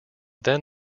then